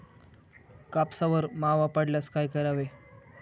कापसावर मावा पडल्यास काय करावे?